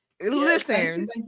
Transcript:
Listen